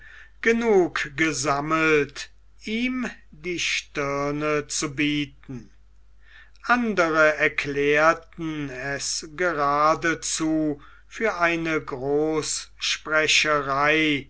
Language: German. genug gesammelt ihm die stirne zu bieten andere erklärten es geradezu für eine